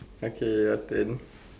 okay your turn